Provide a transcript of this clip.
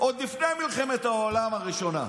עוד לפני מלחמת העולם הראשונה.